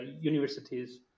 universities